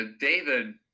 David